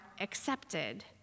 accepted